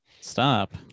stop